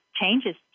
changes